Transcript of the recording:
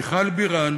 מיכל בירן,